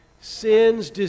sin's